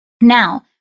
Now